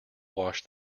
wash